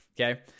Okay